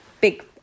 big